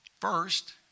First